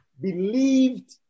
believed